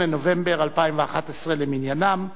בנובמבר 2011 למניינם.